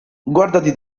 guardati